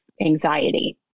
anxiety